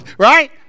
Right